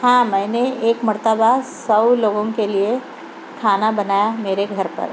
ہاں میں نے ایک مرتبہ سو لوگوں کے لئے کھانا بنایا میرے گھر پر